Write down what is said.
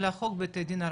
של החוק בתי הדין הרבני.